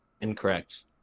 Incorrect